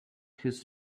his